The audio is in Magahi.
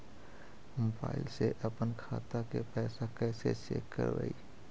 मोबाईल से अपन खाता के पैसा कैसे चेक करबई?